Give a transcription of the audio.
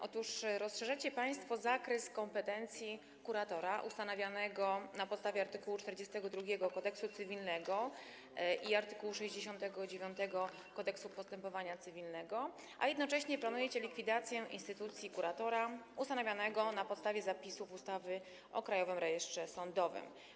Otóż rozszerzacie państwo zakres kompetencji kuratora ustanawianego na podstawie art. 42 Kodeksu cywilnego i art. 69 Kodeksu postępowania cywilnego, a jednocześnie planujecie likwidację instytucji kuratora ustanawianego na podstawie zapisów ustawy o Krajowym Rejestrze Sądowym.